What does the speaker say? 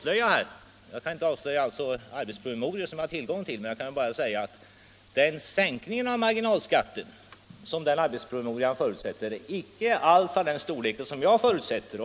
kr. Jag kan inte avslöja innehållet i arbetspromemorior som jag har tillgång till, men jag kan ändå säga att den sänkning av marginalskatten som den aktuella arbetspromemorian förutsätter inte alls är av den storlek som jag vill ha.